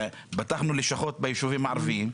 ופתחנו לשכות ביישובים הערביים,